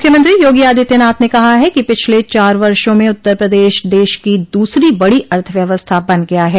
मुख्यमंत्री योगी आदित्यनाथ ने कहा है कि पिछले चार वर्षो में उत्तर प्रदेश देश की दूसरी बड़ी अर्थव्यवस्था बन गया है